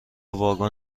واگن